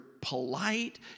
polite